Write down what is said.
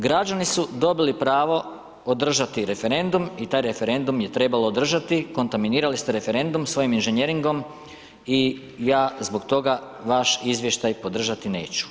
Građani su dobili pravo održati referendum i taj referendum je trebalo održati, kontaminirali ste referendum svojim inženjeringom i ja zbog toga vaš izvještaj podržati neću.